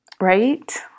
Right